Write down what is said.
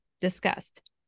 discussed